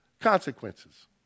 consequences